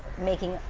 making,